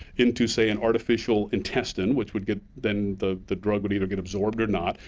into, say, an artificial intestine which would get then the the drug would either get absorbed or not,